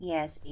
Yes